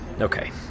Okay